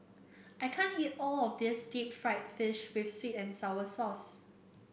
I can't eat all of this Deep Fried Fish with sweet and sour sauce